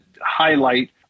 highlight